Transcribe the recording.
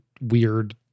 weird